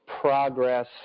progress